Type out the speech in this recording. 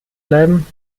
bleiben